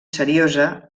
seriosa